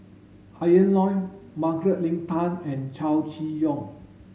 Ian Loy Margaret Leng Tan and Chow Chee Yong